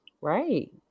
Right